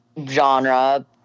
genre